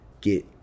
get